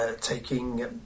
taking